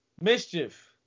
Mischief